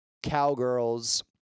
Cowgirls